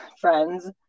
Friends